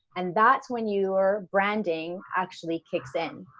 and that's when your branding actually kicks in.